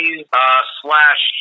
slash